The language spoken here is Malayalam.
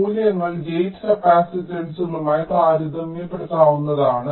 മൂല്യങ്ങൾ ഗേറ്റ് കപ്പാസിറ്റൻസുകളുമായി താരതമ്യപ്പെടുത്താവുന്നതാണ്